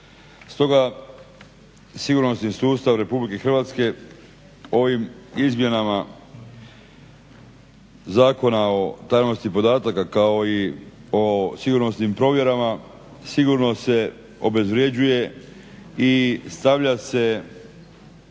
Stoga sigurnosni sustav RH ovim izmjenama Zakona o tajnosti podataka kao i o sigurnosnim provjerama sigurno se obezvrjeđuje i stavlja se